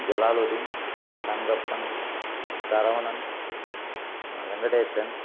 Jalaluddin Thangappan Saravanan Venkatesan